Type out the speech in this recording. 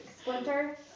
splinter